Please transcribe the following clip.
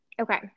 Okay